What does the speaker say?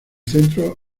centro